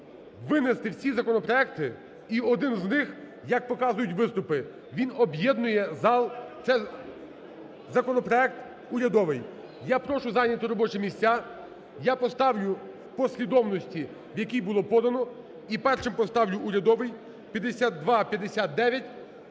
винести всі законопроекти, і один з них, як показують виступи, він об'єднує зал – це законопроект урядовий. Я прошу зайняти робочі місця. Я поставлю у послідовності, в якій було подано, і першим поставлю урядовий – 5259.